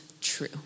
true